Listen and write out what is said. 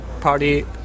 party